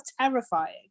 terrifying